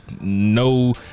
no